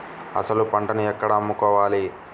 అసలు పంటను ఎక్కడ అమ్ముకోవాలి?